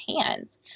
hands